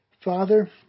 Father